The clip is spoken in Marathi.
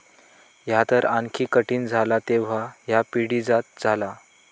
ह्या तर आणखी कठीण झाला जेव्हा ह्या पिढीजात झाला